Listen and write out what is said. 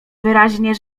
wyraźnie